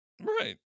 Right